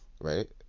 right